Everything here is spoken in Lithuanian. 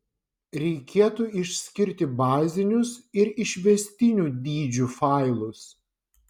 reikėtų išskirti bazinius ir išvestinių dydžių failus